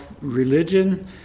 religion